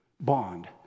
bond